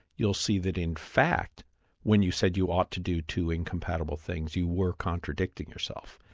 you'll see that in fact when you said you ought to do two incompatible things, you were contradicting yourself.